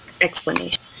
explanation